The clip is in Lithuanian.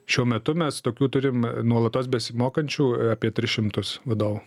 šiuo metu mes tokių turim nuolatos besimokančių apie tris šimtus vadovų